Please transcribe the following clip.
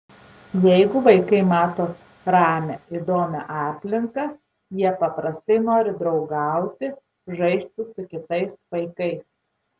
jeigu vaikai mato ramią įdomią aplinką jie paprastai nori draugauti žaisti su kitais vaikais